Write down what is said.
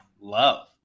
Love